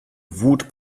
wut